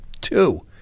Two